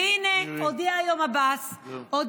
והינה, הודיע היום עבאס, מירי, זהו.